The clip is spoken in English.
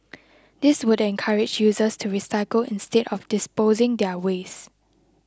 this would encourage users to recycle instead of disposing their waste